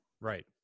Right